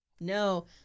no